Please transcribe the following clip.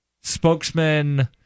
Spokesman